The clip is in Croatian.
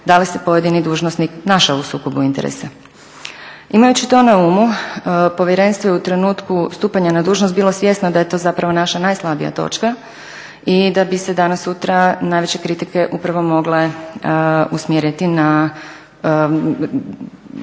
da li se pojedini dužnosnik našao u sukobu interesa. Imajući to na umu povjerenstvo je u trenutku stupanja na dužnost bilo svjesno da je to zapravo naša najslabija točka i da bi se danas sutra najveće kritike upravo mogle usmjeriti na